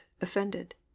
Offended